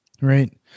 Right